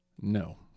No